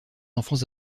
enfants